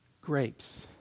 grapes